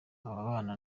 ababana